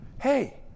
hey